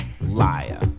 liar